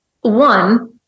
one